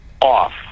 off